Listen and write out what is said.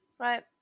right